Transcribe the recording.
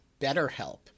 BetterHelp